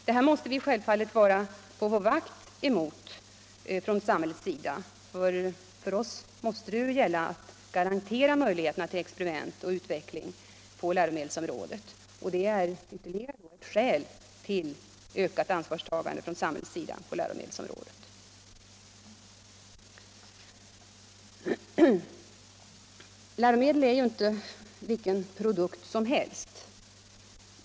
Detta måste vi från samhällets sida självfallet vara på vår vakt emot, ty vår uppgift måste vara att garantera möjligheterna till experiment och utveckling på läromedelsområdet. Det är då ytterligare ett skäl till ökat ansvarstagande från samhällets sida på läromedelsområdet. Läromedel är ju inte vilken produkt som helst.